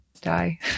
die